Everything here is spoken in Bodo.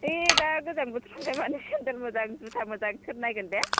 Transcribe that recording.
थै दा गोजां बोथोरावलाय मानो सेन्डेल मोजां जुता मोजां सोर नायगोन दे